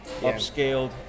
upscaled